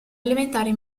elementari